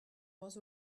was